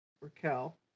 Raquel